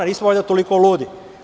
Nismo valjda toliko ludi.